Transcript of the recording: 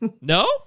No